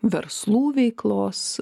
verslų veiklos